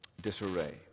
disarray